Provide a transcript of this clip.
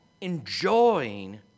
enjoying